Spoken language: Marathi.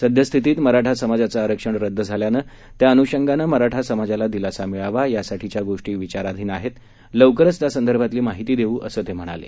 सद्यस्थितीत मराठा समाजाचं आरक्षण रद्द झाल्यामुळे त्याअनुषंगानं मराठा समाजाला दिलासा मिळावा यासाठीच्या गोष्टी विचाराधीन आहेत लवकरच त्यासंदर्भातली माहिती देऊ असं त्यांनी सांगितलं